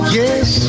yes